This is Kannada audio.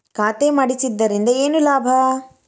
ಖಾತೆ ಮಾಡಿಸಿದ್ದರಿಂದ ಏನು ಲಾಭ?